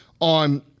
on